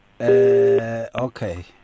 Okay